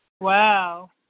Wow